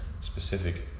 specific